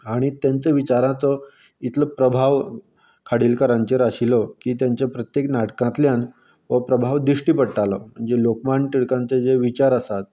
आनी तेचें विचारांचो इतलो प्रभाव खाडीलकरांचेर आशिल्लो की तेंच्या प्रत्येक नाटकांतल्यान हो प्रभाव दिश्टी पडटालो म्हणजे लोकमान्य टिळकांचे जे विचार आसात